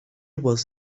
was